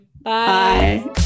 bye